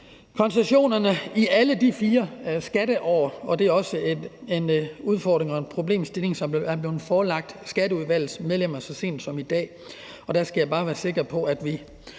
koncessionerne i alle de 4 skatteår. Det er også en udfordring og en problemstilling, som er blevet forelagt Skatteudvalgets medlemmer så sent som i dag, og der skal jeg bare være sikker på, at vi